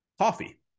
coffee